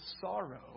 sorrow